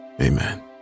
Amen